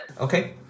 Okay